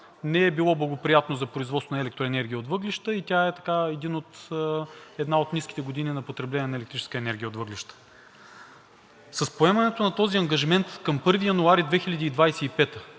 не е била благоприятна за производство на електроенергия от въглища и тя е една от ниските години на потребление на електрическа енергия от въглища. С поемането на този ангажимент към 1 януари 2025-а